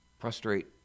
prostrate